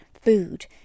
food